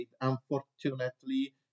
Unfortunately